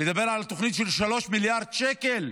לדבר על תוכנית של 3 מיליארד שקלים?